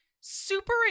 super